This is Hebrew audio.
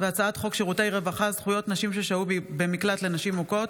הצעת חוק שירותי רווחה (זכויות נשים ששהו במקלט לנשים מוכות)